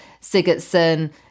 Sigurdsson